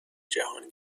جهان